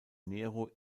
nero